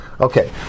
Okay